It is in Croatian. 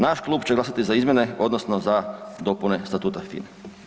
Naš klub će glasati za izmjene odnosno za dopune statuta HINE.